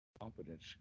confidence